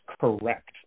correct